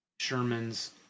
Sherman's